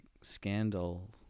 scandal